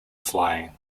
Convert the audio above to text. flying